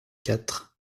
quatre